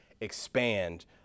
expand